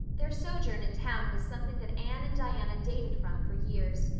their sojourn in town was something that anne and diana dated from for years.